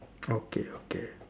okay okay